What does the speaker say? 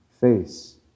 face